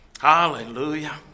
Hallelujah